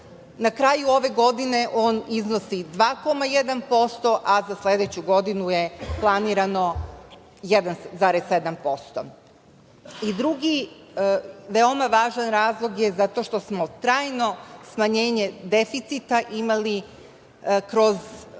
Na kraju ove godine on iznosi 2,1%, a za sledeću godinu je planirano 1,7%. Drugi veoma važan razlog je zato što smo trajno smanjenje deficita imali